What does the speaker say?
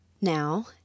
Now